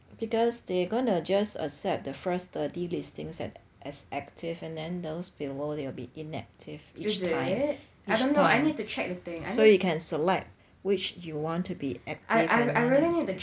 because they're gonna just accept the first thirty listings as as active and then those below they'll be inactive each time each time so you can select which you want to be active and then